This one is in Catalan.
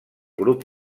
grup